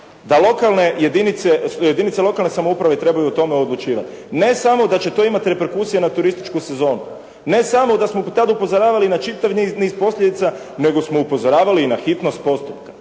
da jedinice lokalne samouprave trebaju o tome odlučivati, ne samo da će to imati reperkusije na turističku sezonu, ne samo da smo tad upozoravali na čitav niz posljedica, nego smo upozoravali i na hitnost postupka.